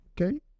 Okay